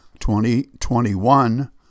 2021